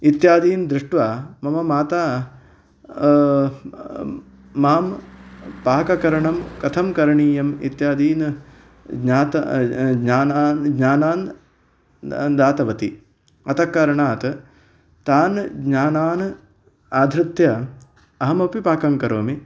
इत्यादिन् दृष्टवा मम माता माम् पाक करणं कथं करणीयम् इत्यादिन् ज्ञात् ज्ञान् ज्ञानान् दत्तवती अतः करणात् तान् ज्ञानान् आधृत्य अहम् अपि पाकं करोमि